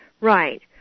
Right